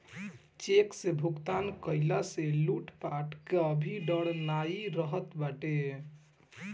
check से भुगतान कईला से लूटपाट कअ भी डर नाइ रहत बाटे